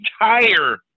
entire